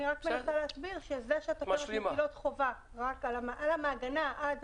אני רק מנסה להסביר שזה שהתקנות מטילות חובה על המעגנה רק עד